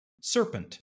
serpent